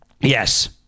Yes